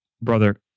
Brother